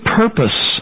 purpose